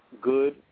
good